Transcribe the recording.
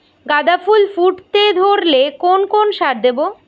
গাদা ফুল ফুটতে ধরলে কোন কোন সার দেব?